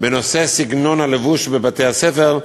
בנושא סגנון הלבוש בבתי-הספר,